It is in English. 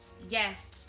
Yes